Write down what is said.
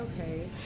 Okay